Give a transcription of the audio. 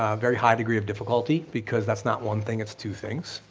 ah very high degree of difficulty because that's not one thing, it's two things.